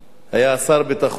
היה שר ביטחון אחד,